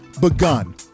begun